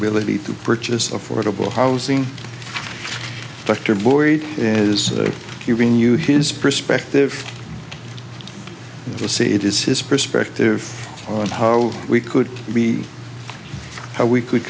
ability to purchase of fordable housing dr boyd is giving you his perspective to see it is his perspective on how we could be how we could